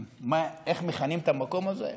איך מכנים את המקום הזה?